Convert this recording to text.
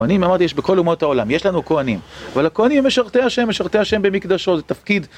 ...בנים, אמרתי, יש בכל אומות העולם. יש לנו כהנים אבל הכהנים הם משרתי השם, משרתי השם במקדשו. זה תפקיד...